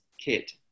kit